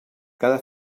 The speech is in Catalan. cada